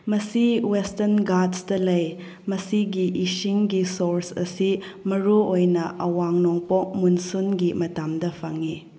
ꯃꯁꯤ ꯋꯦꯁꯇꯔꯟ ꯘꯥꯠꯁꯇ ꯂꯩ ꯃꯁꯤꯒꯤ ꯏꯁꯤꯡꯒꯤ ꯁꯣꯔꯁ ꯑꯁꯤ ꯃꯔꯨꯑꯣꯏꯅ ꯑꯋꯥꯡ ꯅꯣꯡꯄꯣꯛ ꯃꯣꯟꯁꯨꯟꯒꯤ ꯃꯇꯝꯗ ꯐꯪꯉꯤ